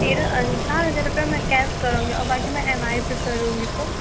तेरा चार हजार रुपये मैं कैस करूँगी और बाकी मैं एम आई पर करूँगी तो